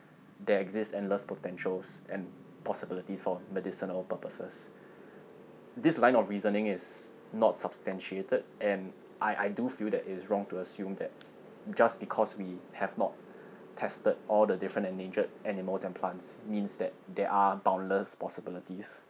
there exist endless potentials and possibilities for medicinal purposes this line of reasoning is not substantiated and I I do feel that it is wrong to assume that just because we have not tested all the different endangered animals and plants means that there are boundless possibilities